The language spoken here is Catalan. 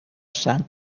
sang